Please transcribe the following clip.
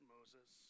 Moses